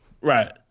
Right